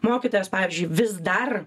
mokytojas pavyzdžiui vis dar